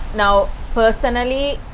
now personally.